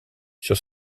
sur